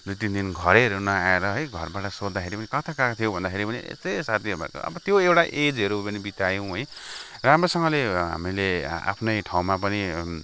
दुई तिन दिन घरैहरू नआएर घरबाट सोद्धाखेरि कता गएको थियौ भन्दाखेरि पनि यतै साथीहरूसित त्यो एउटा एजहरू पनि बितायौँ है राम्रोसँगले हामीले आफ्नै ठाउँमा पनि